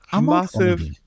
Massive